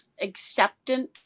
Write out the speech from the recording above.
acceptance